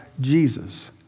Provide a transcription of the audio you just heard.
Jesus